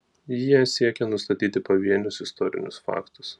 jie siekią nustatyti pavienius istorinius faktus